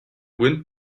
wind